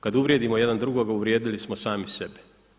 Kad uvrijedimo jedan drugoga uvrijedili smo sami sebe.